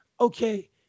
Okay